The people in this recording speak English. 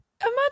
Imagine